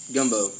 Gumbo